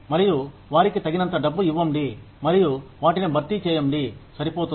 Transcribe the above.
మరియు వారికి తగినంత డబ్బు ఇవ్వండి మరియు వాటిని భర్తీ చేయండి సరిపోతుంది